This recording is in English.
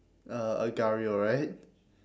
uh agario right